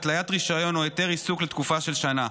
התליית רישיון או היתר עיסוק לתקופה של שנה,